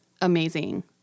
amazing